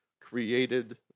created